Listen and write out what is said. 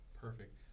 Perfect